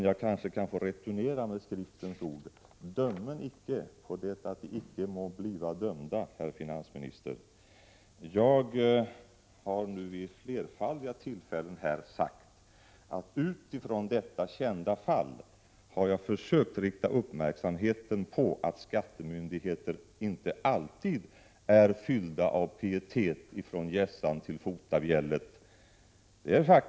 Jag kanske får returnera med skriftens ord: ”Dömen icke, så skolen I icke bliva dömda.” Jag har vid flerfaldiga tillfällen sagt att jag med utgångspunkt i detta kända fall har försökt rikta uppmärksamheten på att skattemyndigheter inte alltid är fyllda av pietet från hjässan till fotabjället.